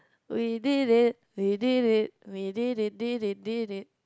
we did it we did it we did it did it did it